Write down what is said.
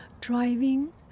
driving